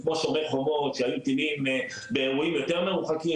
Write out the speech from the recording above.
כמו שומר חומות שהיו טילים באירועים יותר מרוחקים,